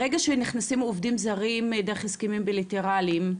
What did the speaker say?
ברגע שנכנסים עובדים זרים דרך הסכמים בליטראליים,